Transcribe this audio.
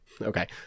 okay